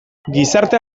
gizartea